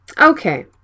Okay